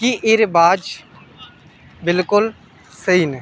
कि एह्दे बाद बिल्कुल स्हेई न